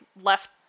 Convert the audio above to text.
left